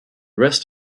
rest